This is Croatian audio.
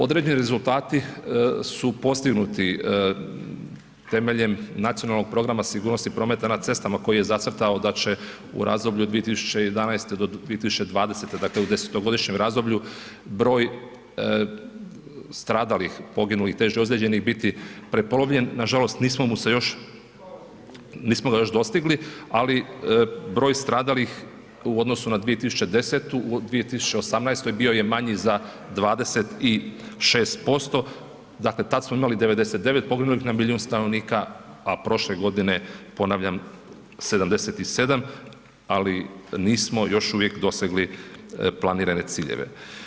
Određeni rezultati su postignuti temeljem nacionalnog programa sigurnosti prometa na cestama koji je zacrtao da će u razdoblju od 2011. do 2020. dakle u 10-to godišnjem razdoblju broj stradalih, poginulih, teže ozlijeđenih biti prepolovljen nažalost nismo mu se još, nismo ga još dostigli, ali broj stradalih u odnosu na 2010. u 2018. bio je manji za 26% dakle tad smo imali 99 poginulih na milijun stanovnik, a prošle godine ponavljam 77 ali nismo još uvijek dosegli planirane ciljeve.